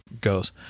goes